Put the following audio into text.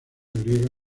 griega